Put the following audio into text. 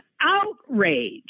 outrage